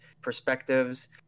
perspectives